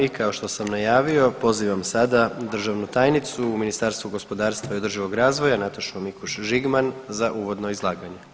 I kao što sam najavio pozivam sada državnu tajnicu u Ministarstvu gospodarstva i održivog razvoja Natašu Mikuš Žigman za uvodno izlaganje.